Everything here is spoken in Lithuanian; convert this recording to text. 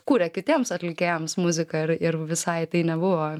kūrė kitiems atlikėjams muziką ir ir visai tai nebuvo